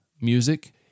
music